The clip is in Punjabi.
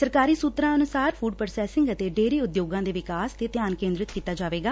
ਸਰਕਾਰੀ ਸੁਤਰਾ ਅਨੁਸਾਰ ਫੁਡ ਪ੍ਰੋਸੈਸਿੰਗ ਅਤੇ ਡੇਅਰੀ ਉਦਯੋਗਾ ਦੇ ਵਿਕਾਸ ਤੇ ਧਿਆਨ ਕੇਦਰਿਤ ਕੀਤਾ ਜਾਵੇਗਾ